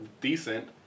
decent